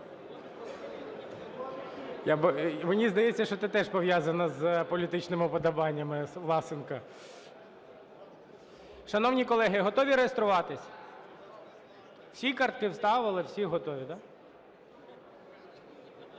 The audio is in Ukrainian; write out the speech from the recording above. Мені здається, що це теж пов'язано з політичними вподобаннями Власенка. Шановні колеги, готові реєструватись? Всі картки вставили, всі готові, да?